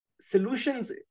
solutions